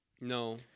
No